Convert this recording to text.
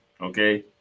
Okay